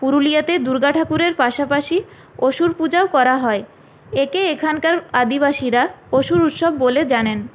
পুরুলিয়াতে দুর্গা ঠাকুরের পাশাপাশি অসুর পূজাও করা হয় একে এখানকার আদিবাসীরা অসুর উৎসব বলে জানেন